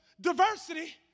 diversity